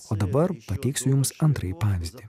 o dabar pateiksiu jums antrąjį pavyzdį